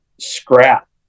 scrap